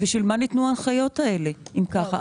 בשביל מה ניתנו ההנחיות האלה, אם ככה?